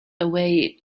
away